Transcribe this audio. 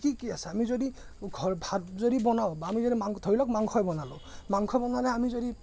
কি কি আছে আমি যদি ঘৰ ভাত যদি বনাওঁ বা আমি যদি মাংস ধৰি লওক মাংসই বনালোঁ মাংস বনালে আমি যদি